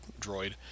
droid